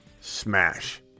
smash